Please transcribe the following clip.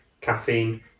caffeine